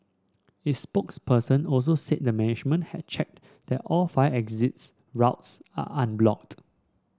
its spokesperson also said the management had checked that all fire exits routes are unblocked